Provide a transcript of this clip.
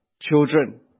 children